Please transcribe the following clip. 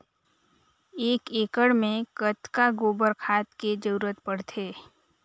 एक एकड़ मे कतका गोबर खाद के जरूरत पड़थे?